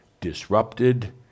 disrupted